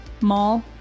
mall